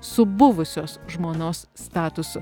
su buvusios žmonos statusu